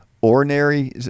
ordinary